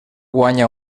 guanya